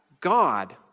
God